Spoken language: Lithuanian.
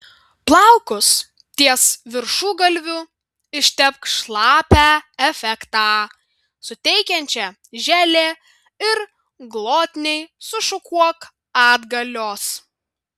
plaukus ties viršugalviu ištepk šlapią efektą suteikiančia želė ir glotniai sušukuok atgalios